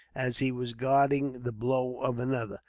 as he was guarding the blow of another.